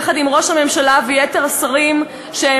יחד עם ראש הממשלה ויתר השרים,